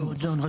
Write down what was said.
סורוגון, בבקשה.